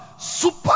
Super